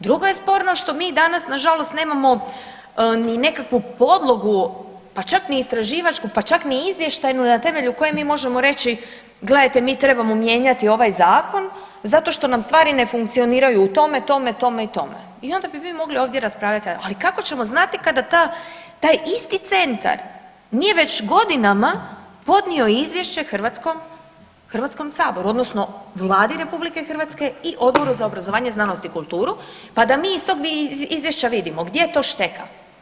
Drugo je sporno što mi danas nažalost nemamo ni nekakvu podlogu pa čak ni istraživačku, pa čak ni izvještajnu na temelju koje mi možemo reći gledajte mi trebamo mijenjati ovaj zakon zato što nam stvari ne funkcioniraju u tome, tome, tome i tome i onda bi mi mogli ovdje raspravljati, ali kako ćemo znati kada taj isti centar nije već godinama podnio izvješće HS-u odnosno Vladi RH i Odboru za obrazovanje, znanost i kulturu pa da mi iz tog izvješća vidimo gdje to šteka.